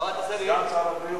סגן שר הבריאות.